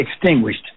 extinguished